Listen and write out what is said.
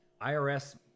IRS